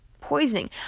Poisoning